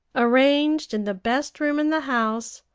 arranged in the best room in the house,